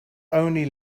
only